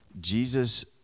Jesus